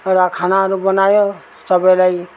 र खानाहरू बनायो सबैलाई